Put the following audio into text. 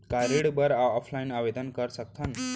का ऋण बर ऑफलाइन आवेदन कर सकथन?